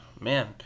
Man